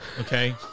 okay